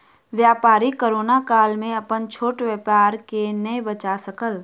व्यापारी कोरोना काल में अपन छोट व्यापार के नै बचा सकल